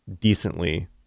decently